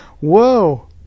whoa